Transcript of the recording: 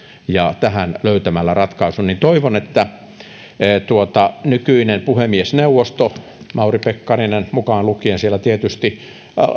ja tähän löytämällä ratkaisun toivon että nykyinen puhemiesneuvosto mauri pekkarinen mukaan lukien siellä tietysti